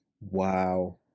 wow